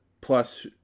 plus